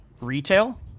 Retail